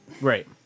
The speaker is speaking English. Right